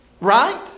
Right